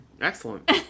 Excellent